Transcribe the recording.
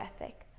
ethic